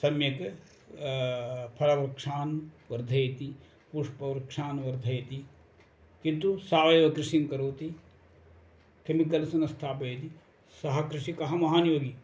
सम्यक् फलवृक्षान् वर्धयति पुष्पवृक्षान् वर्धयति किन्तु सावयवकृषिं करोति केमिकल्स् न स्थापयति सः कृषिकः महान् योगी